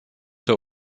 der